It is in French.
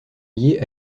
liées